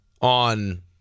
on